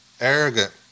arrogant